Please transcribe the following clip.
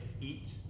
eat